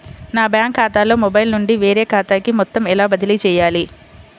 నా బ్యాంక్ ఖాతాలో మొబైల్ నుండి వేరే ఖాతాకి మొత్తం ఎలా బదిలీ చేయాలి?